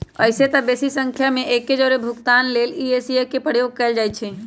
अइसेए तऽ बेशी संख्या में एके जौरे भुगतान लेल इ.सी.एस के प्रयोग कएल जाइ छइ